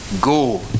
Go